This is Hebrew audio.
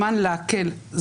זמן לעכל,